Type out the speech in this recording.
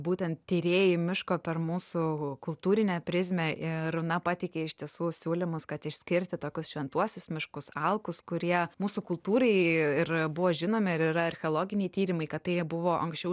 būtent tyrėjai miško per mūsų kultūrinę prizmę ir na pateikė iš tiesų siūlymus kad išskirti tokius šventuosius miškus alkus kurie mūsų kultūrai ir buvo žinomi ir yra archeologiniai tyrimai kad tai buvo anksčiau už